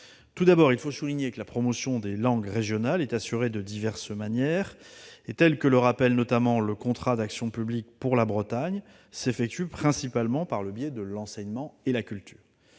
Tout d'abord, il faut souligner que la promotion des langues régionales est assurée de diverses manières et, ainsi que le rappelle notamment le contrat d'action publique pour la Bretagne, elle passe principalement par le biais de l'enseignement et de la culture.